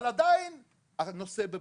אבל עדיין הנושא בבדיקה.